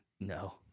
no